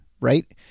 right